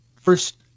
first